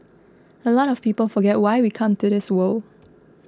a lot of people forget why we come to this world